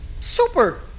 Super